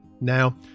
Now